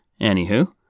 Anywho